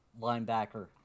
linebacker